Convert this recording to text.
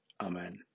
Amen